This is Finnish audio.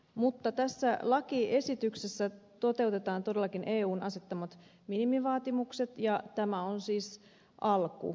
mutta tässä lakiesityksessä toteutetaan todellakin eun asettamat minimivaatimukset ja tämä on siis alku